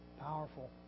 powerful